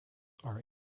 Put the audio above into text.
are